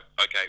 Okay